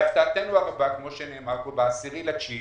להפתעתנו הרבה, כמו שנאמר כאן, ב-10 בספטמבר